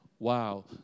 Wow